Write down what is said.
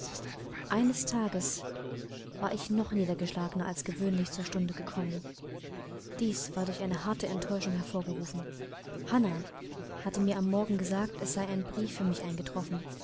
eines tages war ich noch niedergeschlagener als gewöhnlich zur stunde gekommen dies war durch eine harte enttäuschung hervorgerufen hannah hatte mir am morgen gesagt es sei ein brief für mich eingetroffen